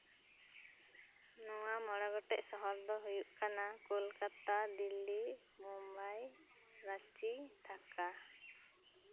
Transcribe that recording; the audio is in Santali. ᱱᱚᱶᱟ ᱢᱚᱬᱮ ᱜᱚᱴᱮᱱ ᱥᱚᱦᱚᱨ ᱫᱚ ᱦᱳᱭᱳᱜ ᱠᱟᱱᱟ ᱠᱳᱞᱠᱟᱛᱟ ᱫᱤᱞᱞᱤ ᱢᱳᱢᱵᱟᱭ ᱨᱟᱸᱪᱤ ᱰᱷᱟᱠᱟ